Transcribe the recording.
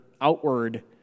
outward